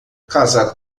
casar